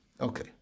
Okay